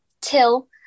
Till